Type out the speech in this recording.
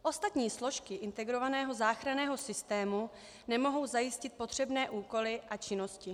Ostatní složky integrovaného záchranného systému nemohou zajistit potřebné úkoly a činnosti.